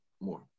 more